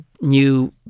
New